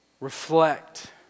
reflect